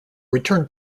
return